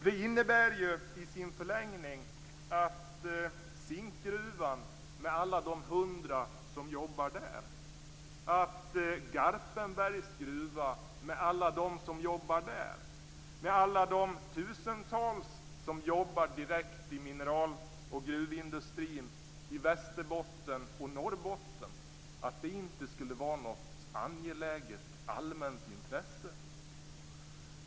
Det innebär ju i sin förlängning att Zinkgruvan med alla de hundra som jobbar där, att Garpenbergs gruva med alla som jobbar där, att alla de tusentals människor som jobbar direkt i mineral och gruvindustrin i Västerbotten och Norrbotten inte skulle vara något angeläget allmänt intresse.